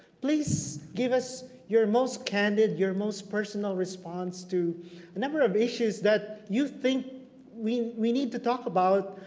please give us your most candid, your most personal response to a number of issues that you think we we need to talk about.